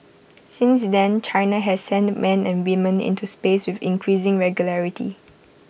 since then China has sent men and women into space with increasing regularity